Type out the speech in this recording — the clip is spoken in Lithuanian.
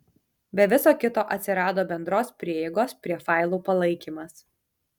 be viso kito atsirado bendros prieigos prie failų palaikymas